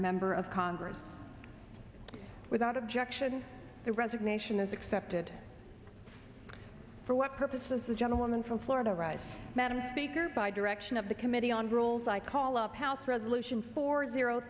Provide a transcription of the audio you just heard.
member of congress without objection the resignation is accepted for what purpose was the gentlewoman from florida arise madam speaker by direction of the committee on rules i call up house resolution four zero